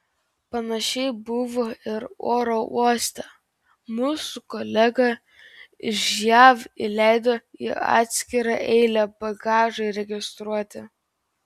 panašiai buvo ir oro uoste mus su kolega iš jav įleido į atskirą eilę bagažui registruoti